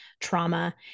trauma